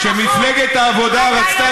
שכבודה של המדינה והקרקעות והשטחים,